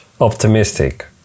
optimistic